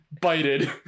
bited